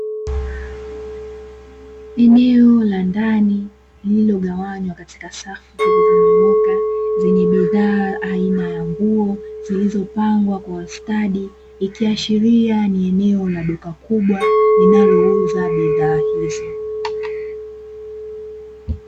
Eneo la ndani lililogawanywa kwa safu zilizonyooka; zenye bidhaa aina ya nguo; zilizopangwa kwa ustadi, ikiashiria ni eneo la duka kubwa linalouza bidhaa hizo.